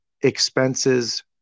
expenses